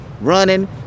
Running